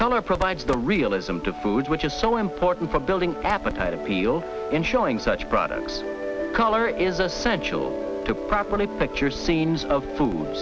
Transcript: color provides the real ism to food which is so important for building appetite appeal in showing such products color is essential to properly picture scenes of food